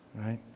right